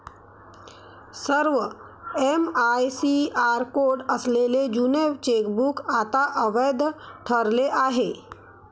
सर्व MICR code असलेले जुने चेकबुक आता अवैध ठरले आहे